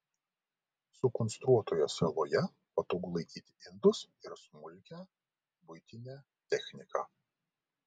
sukonstruotoje saloje patogu laikyti indus ir smulkią buitinę techniką